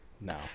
No